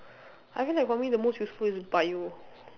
I feel like for me the most useful is bio